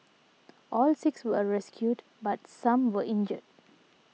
all six were rescued but some were injured